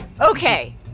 Okay